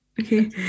Okay